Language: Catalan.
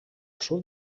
sud